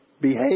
behave